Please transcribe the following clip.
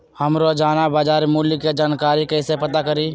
हम रोजाना बाजार मूल्य के जानकारी कईसे पता करी?